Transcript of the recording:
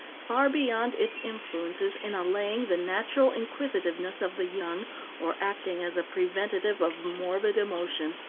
far beyond its influences in allaying the natural inquisitiveness of the young or acting as a preventative of morbid emotion.